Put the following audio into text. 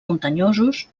muntanyosos